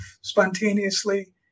spontaneously